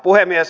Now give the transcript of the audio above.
puhemies